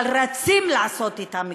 אבל רצים לעשות אתן קשרים.